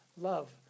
love